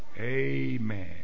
Amen